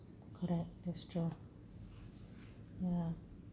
correct that's true ya